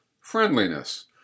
Friendliness